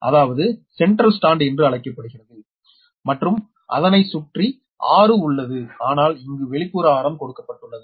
அதாவது central stand என்று அழைக்கப்படுகிறது மற்றும் அதனை சுற்றி 6 உள்ளது ஆனால் இங்கு வெளிப்புற ஆரம் கொடுக்கப்பட்டுள்ளது